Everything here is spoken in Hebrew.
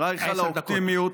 אשרייך על האופטימיות,